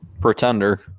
Pretender